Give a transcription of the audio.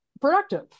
productive